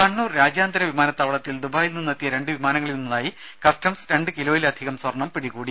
രുമ രാജ്യാന്തര വിമാനത്താവളത്തിൽ ദുബായിൽ കണ്ണൂർ നിന്നെത്തിയ രണ്ടു വിമാനങ്ങളിൽ നിന്നായി കസ്റ്റംസ് രണ്ട് കിലോയിലധികം സ്വർണ്ണം പിടികൂടി